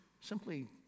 Simply